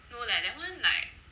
no leh that [one] like